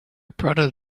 prodded